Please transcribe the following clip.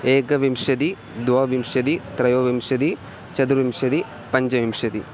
एकविंशतिः द्वाविंशतिः त्रयोविंशतिः चतुर्विंशतिः पञ्चविंशतिः